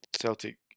Celtic